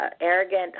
arrogant